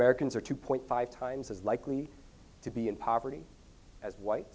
americans are two point five times as likely to be in poverty as white